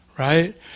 Right